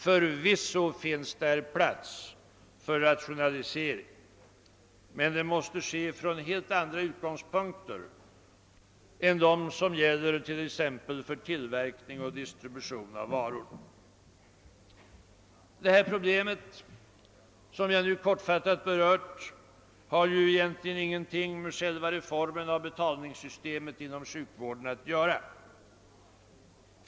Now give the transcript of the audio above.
Förvisso finns där plats för rationalisering, men den måste företas från helt andra utgångspunkter än som gäller t.ex. för tillverkning och distribution av varor. Det problem som jag nu kortfattat har berört har egentligen ingenting att göra med reformen av betalningssystemet inom sjukvården.